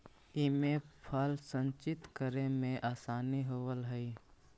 इमे फल संचित करे में आसानी होवऽ हई